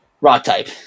Rock-type